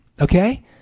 okay